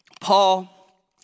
Paul